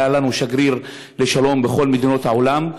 היה לנו שגריר לשלום בכל מדינות העולם,